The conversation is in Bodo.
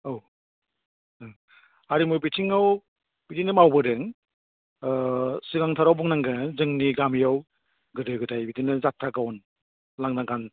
औ हारिमु बिथिङाव बिदिनो मावबोदों सिगांथाराव बुंनांगोन जोंनि गामियाव गोदो गोदाय बिदिनो जाथ्रा गावन लांदां गान